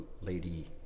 lady